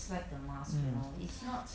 mm